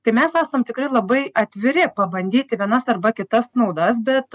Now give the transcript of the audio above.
tai mes esam tikrai labai atviri pabandyti vienas arba kitas naudas bet